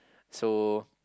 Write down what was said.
so